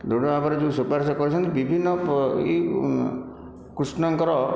ଦୃଢ଼ ଭାବରେ ଯେଉଁ ସୁକାର୍ଯ୍ୟ କରିଛନ୍ତି ବିଭିନ୍ନ ଏହି କୃଷ୍ଣଙ୍କର